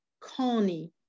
Connie